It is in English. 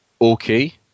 okay